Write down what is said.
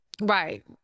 Right